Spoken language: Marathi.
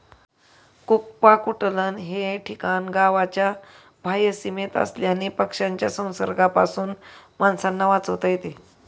कुक्पाकुटलन हे ठिकाण गावाच्या बाह्य सीमेत असल्याने पक्ष्यांच्या संसर्गापासून माणसांना वाचवता येते